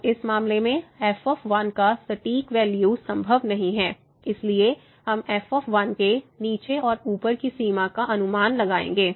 तो इस मामले में f का सटीक वैल्यू संभव नहीं है इसलिए हम f के नीचे और ऊपर की सीमा का अनुमान लगाएंगे